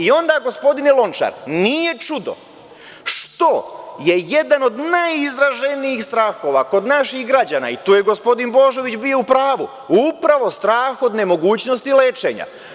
I onda, gospodine Lončar, nije čudo što je jedan od najizraženijih strahova kod naših građana, i tu je gospodin Božović bio u pravu, upravo strah od nemogućnosti lečenja.